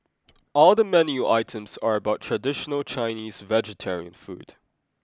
all the menu items are about traditional Chinese vegetarian food